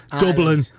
Dublin